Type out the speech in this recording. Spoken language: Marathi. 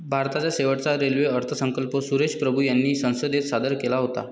भारताचा शेवटचा रेल्वे अर्थसंकल्प सुरेश प्रभू यांनी संसदेत सादर केला होता